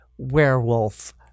werewolf